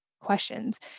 questions